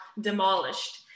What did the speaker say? demolished